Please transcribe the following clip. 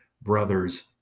brothers